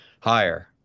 higher